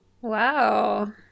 wow